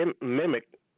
mimic